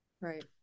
Right